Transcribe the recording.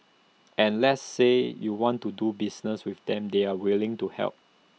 and let's say you want to do business with them they are willing to help